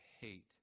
hate